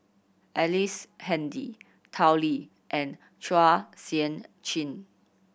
Ellice Handy Tao Li and Chua Sian Chin